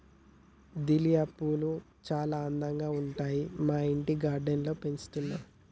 dahlia పూలు చాల అందంగా ఉంటాయి మా ఇంటి గార్డెన్ లో పెంచుతున్నా